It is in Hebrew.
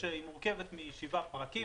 מורכבת משבעה פרקים.